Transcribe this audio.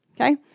Okay